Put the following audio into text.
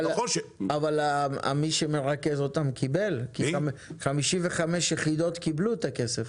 אבל מי שמרכז אותם קיבל, 55 יחידות קיבלו את הכסף.